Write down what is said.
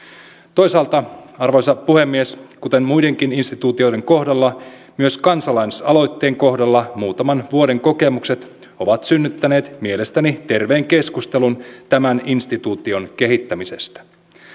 toisaalta arvoisa puhemies kuten muidenkin instituutioiden kohdalla myös kansalaisaloitteen kohdalla muutaman vuoden kokemukset ovat synnyttäneet mielestäni terveen keskustelun tämän instituution kehittämisestä